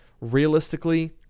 Realistically